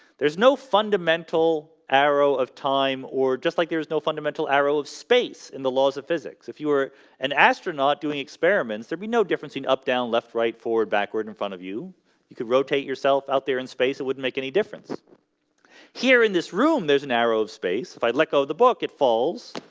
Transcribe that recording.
there's no fundamental arrow of time or just like there's no fundamental arrow of space in the laws of physics if you were an astronaut doing experiments, there'd be no difference being up down left right forward backward in front of you you could rotate yourself out there in space it wouldn't make any difference here in this room. there's an arrow of space if i let go the book it falls.